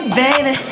baby